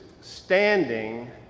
standing